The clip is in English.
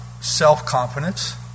self-confidence